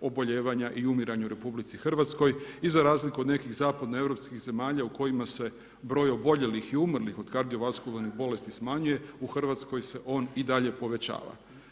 oboljevanja i umirenja u RH i za razliku od nekih zapadno-europskih zemalja u kojima se broj oboljelih i umrlih od kardiovaskularnih bolesti smanjuje, u Hrvatskoj se on i dalje povećava.